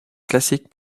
classique